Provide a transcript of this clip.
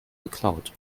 geklaut